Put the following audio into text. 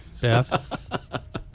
beth